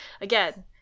again